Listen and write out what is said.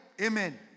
Amen